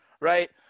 right